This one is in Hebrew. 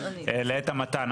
לעת המתן,